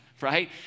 right